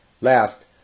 Last